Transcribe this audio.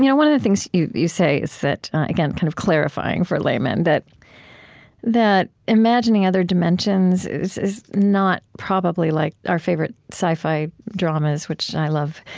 you know one of the things you you say is that, again, kind of clarifying for laymen, that that imagining other dimensions is is not probably like our favorite sci-fi dramas which i love,